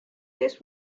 this